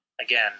again